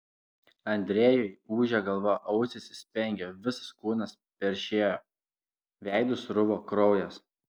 andrejui ūžė galva ausyse spengė visas kūnas peršėjo veidu sruvo kraujas